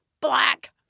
black